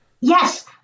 Yes